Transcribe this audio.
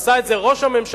עשה את זה ראש הממשלה,